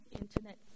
internet